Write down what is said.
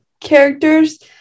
characters